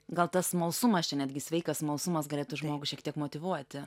gal tas smalsumas čia netgi sveikas smalsumas galėtų žmogų šiek tiek motyvuoti